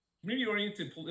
community-oriented